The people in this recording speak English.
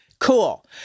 Cool